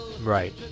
Right